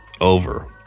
over